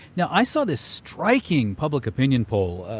now i saw this striking public opinion poll.